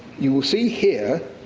you will see here,